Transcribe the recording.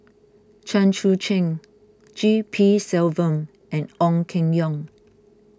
Chen Sucheng G P Selvam and Ong Keng Yong